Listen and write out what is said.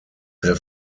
have